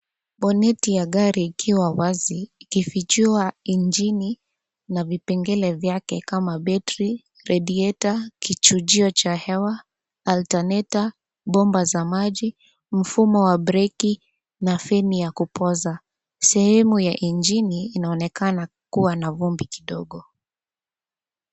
Boneti ya gari ikiwa wazi ikifichua injini na vipengele vyake kama betri, radiator , kichujio cha hewa, alternator , bomba za maji, mfumo wa breki na feni ya kupoza. Sehemu ya injini inaonekana kuwa na vumbi kidogo.